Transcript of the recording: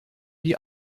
die